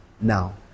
now